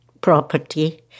property